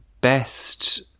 Best